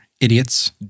idiots